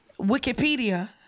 Wikipedia